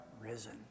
risen